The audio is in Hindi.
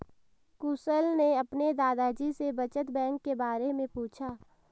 कुशल ने अपने दादा जी से बचत बैंक के बारे में पूछा